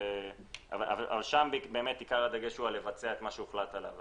שם עיקר הדגש הוא לבצע את מה שהוחלט עליו.